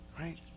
right